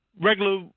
regular